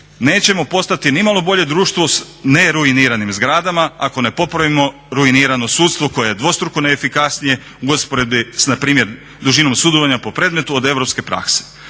nećemo postati ni malo bolje društvo sa neruiniranim zgradama ako ne popravimo ruinirano sudstvo koje je dvostruko neefikasnije u usporedbi sa na primjer dužinom sudovanja po predmetu od europske prakse.